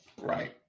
Right